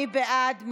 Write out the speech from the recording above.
מי בעד?